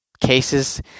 cases